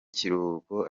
kiruhuko